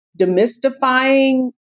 demystifying